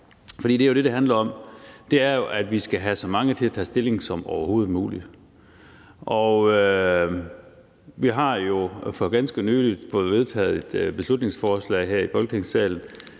donorer. For det, det handler om, er jo, at vi skal have så mange til at tage stilling som overhovedet muligt. Vi har jo for ganske nylig fået vedtaget et beslutningsforslag her i Folketingssalen,